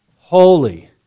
holy